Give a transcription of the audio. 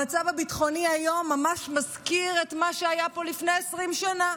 המצב הביטחוני היום ממש מזכיר את מה שהיה פה לפני 20 שנה.